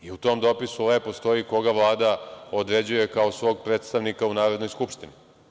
U tom dopisu lepo stoji koga Vlada određuje kao svog predstavnika u Narodnoj skupštini.